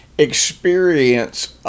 experience